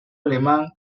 alemán